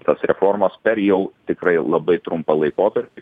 tas reformos per jau tikrai labai trumpą laikotarpį